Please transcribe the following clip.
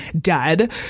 dead